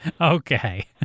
Okay